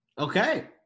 Okay